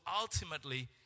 ultimately